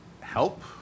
help